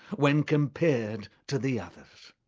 when compared to the others.